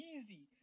Easy